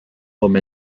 home